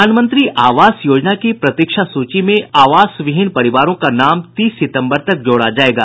प्रधानमंत्री आवास योजना की प्रतीक्षा सूची में आवास विहीन परिवारों का नाम तीस सितम्बर तक जोड़ा जायेगा